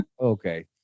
okay